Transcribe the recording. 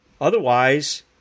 Otherwise